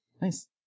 Nice